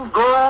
go